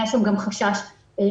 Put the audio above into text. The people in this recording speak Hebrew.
היה שם גם חשש לשיבוש,